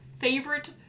favorite